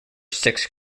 six